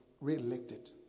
re-elected